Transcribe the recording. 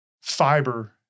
fiber